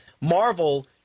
Marvel